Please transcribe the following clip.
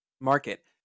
market